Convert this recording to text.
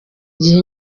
gihe